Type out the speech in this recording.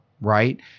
right